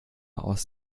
aus